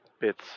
bits